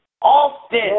Often